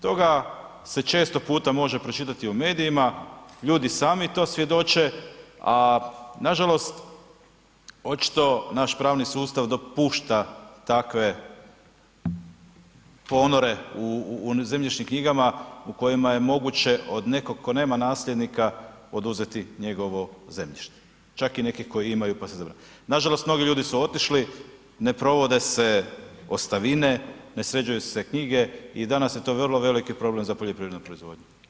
Toga se često puta može pročitati u medijima, ljudi sami to svjedoče, a nažalost, očito naš pravni sustav dopušta takve ponore u zemljišnim knjigama u kojima je moguće od nekog tko nema nasljednika, oduzeti njegovo zemljište, čak i neki koji imaju, pa se … [[Govornik se ne razumije]] Nažalost, mnogi ljudi su otišli, ne provode se ostavine, ne sređuju se knjige i danas je to vrlo veliki problem za poljoprivrednu proizvodnju.